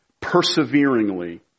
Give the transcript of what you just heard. perseveringly